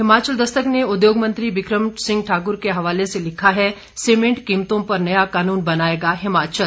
हिमाचल दस्तक ने उद्योग मंत्री बिक्रम सिंह ठाकुर के हवाले से लिखा है सीमेंट कीमतों पर नया कानून बनाएगा हिमाचल